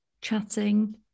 chatting